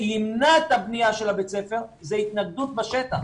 שימנע את הבניה של בית הספר זה התנגדות בשטח.